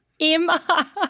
Emma